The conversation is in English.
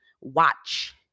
watch